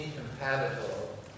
incompatible